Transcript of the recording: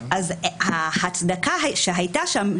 ההצדקה שהייתה שם,